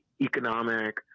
economic